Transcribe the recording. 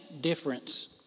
difference